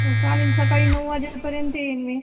हो चालेल सकाळी नऊ वाजेपर्यंत येईन मी